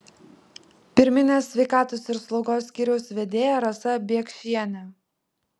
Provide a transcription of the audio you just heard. pirminės sveikatos ir slaugos skyriaus vedėja rasa biekšienė